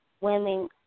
women